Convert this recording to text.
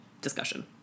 discussion